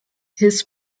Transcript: his